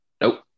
Nope